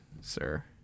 sir